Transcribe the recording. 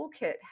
toolkit